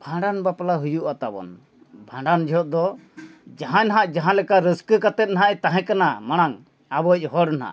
ᱵᱷᱟᱸᱰᱟᱱ ᱵᱟᱯᱞᱟ ᱦᱩᱭᱩᱜ ᱟᱛᱟᱵᱚᱱ ᱵᱷᱟᱸᱰᱟᱱ ᱡᱚᱦᱚᱜ ᱫᱚ ᱡᱟᱦᱟᱸᱭ ᱱᱟᱦᱟᱜ ᱡᱟᱦᱟᱸ ᱞᱮᱠᱟ ᱨᱟᱹᱥᱠᱟᱹ ᱠᱟᱛᱮᱜ ᱱᱟᱦᱟᱜ ᱮ ᱛᱟᱦᱮᱸ ᱠᱟᱱᱟ ᱢᱟᱲᱟᱝ ᱟᱵᱚᱭᱤᱡ ᱦᱚᱲ ᱱᱟᱦᱟᱜ